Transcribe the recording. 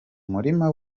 murima